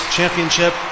Championship